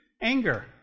Anger